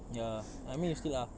ya I mean you still are